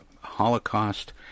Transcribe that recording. Holocaust